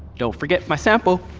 don't forget my sample!